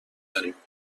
داریم